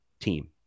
team